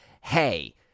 hey